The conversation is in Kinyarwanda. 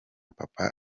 papa